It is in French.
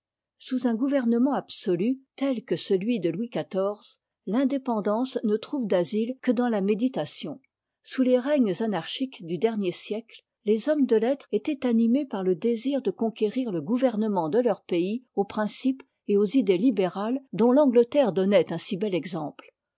sous un gouvernement absolu tel que celui de louis xiv t'indépendance ne trouve d'asiïe que dans la méditation sous les règnes anarchiques du dernier siècle les hommes de lettres étaient animés par le désir de conquérir le gouvernement de leur pays aux principes et aux idées libérales dont fangteterre donnait un si bel exemple